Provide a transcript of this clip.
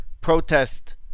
protest